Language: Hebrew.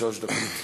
שלוש דקות.